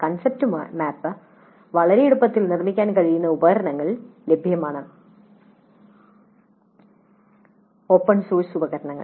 concept map വളരെ എളുപ്പത്തിൽ നിർമ്മിക്കാൻ കഴിയുന്ന ഉപകരണങ്ങൾ ലഭ്യമാണ് ഓപ്പൺ സോഴ്സ് ഉപകരണങ്ങൾ